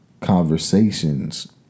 conversations